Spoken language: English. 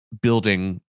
building